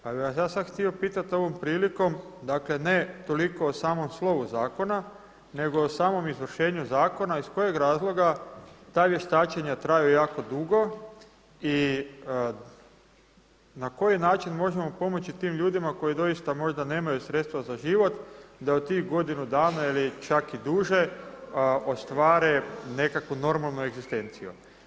Pa bih vas ja sada htio pitati ovom prilikom, dakle ne toliko o samom slovu zakona nego o samom izvršenju zakona iz kojeg razloga ta vještačenja traju jako dugo i na koji način možemo pomoći tim ljudima koji doista možda nemaju sredstva za život da u tih godinu dana ili čak i duže ostvare nekakvu normalnu egzistenciju.